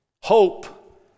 hope